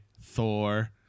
Thor